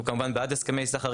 אנחנו כמובן בעד הסכמי סחר.